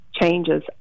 changes